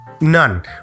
None